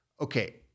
Okay